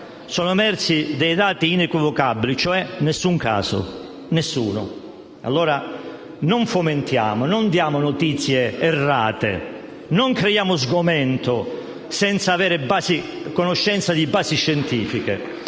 sono emersi dei dati inequivocabili, cioè: nessun caso. Non fomentiamo, non diamo notizie errate, non creiamo sgomento senza avere conoscenza di basi scientifiche.